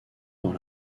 dans